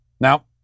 Now